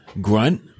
grunt